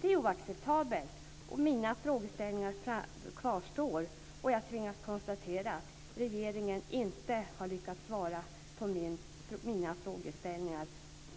Det är oacceptabelt, och mina frågeställningar kvarstår. Jag tvingas konstatera att regeringen inte har lyckats svara på mina frågor. Det är